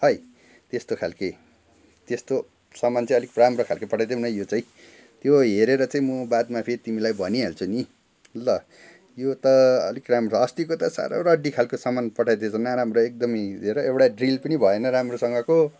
है त्यस्तो खालके त्यस्तो सामान चाहिँ अलिक राम्रै खालके पठाइदेऊ न यो चाहिँ त्यो हेरेर चाहिँ म बादमा फेरि तिमीलाई भनिहाल्छु नि ल यो त अलिक राम्रो अस्तिको त साह्रो रड्डी खालको सामान पठाइदिएछ नराम्रो एकदमै हेर एउटा ड्रिल पनि भएन राम्रोसँगको